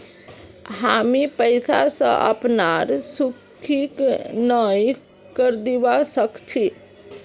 हामी पैसा स अपनार खुशीक नइ खरीदवा सख छि